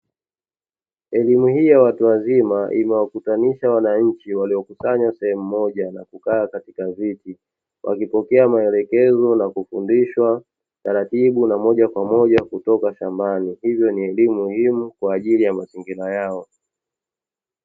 Elimu hii ya watu wazima imewakusanyisha wananchi waliokusanywa sehemu moja na kukaa katika viti, wakipokea maelekezo na kufundishwa taratibu na moja kwa moja kutoka shambani, hivyo ni elimu muhimu kwa ajili ya mazingira yao.